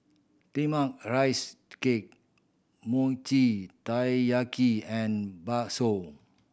steamed are rice cake Mochi Taiyaki and bakso